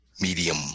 medium